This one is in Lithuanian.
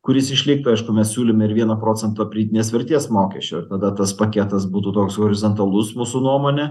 kuris išliktų aišku mes siūlėme ir vieno procento pridėtinės vertės mokesčio ir tada tas paketas būtų toks horizontalus mūsų nuomone